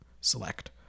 Select